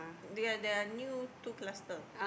they are they are new two cluster